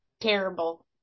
terrible